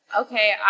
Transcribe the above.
okay